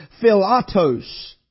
philatos